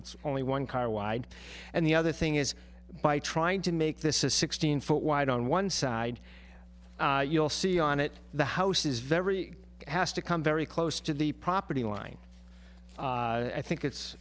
it's only one car wide and the other thing is by trying to make this a sixteen foot wide on one side you'll see on it the house is very has to come very close to the property line i think it's